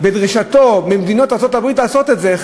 בדרישתו ממדינות ארצות-הברית לעשות את זה,